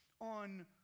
on